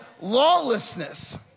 lawlessness